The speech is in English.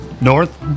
north